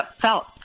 felt